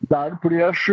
dar prieš